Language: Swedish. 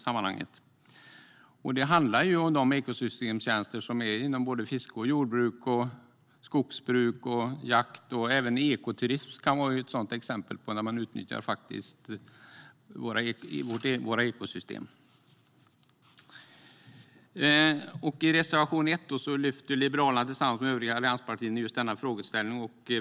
Det handlar om de ekosystemtjänster som finns inom fiske, jordbruk, skogsbruk och jakt. Även ekoturism är ett exempel på när man utnyttjar våra ekosystem. I reservation 1 lyfter Liberalerna tillsammans med övriga allianspartier fram just detta.